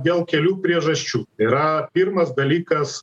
dėl kelių priežasčių tai yra pirmas dalykas